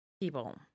people –